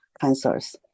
cancers